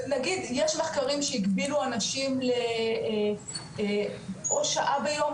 נגיד יש מחקרים שהגבילו אנשים לאו שעה ביום,